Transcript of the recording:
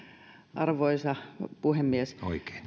arvoisa puhemies